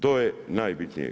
To je najbitnije.